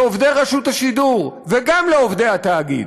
לעובדי רשות השידור, וגם לעובדי התאגיד.